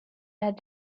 had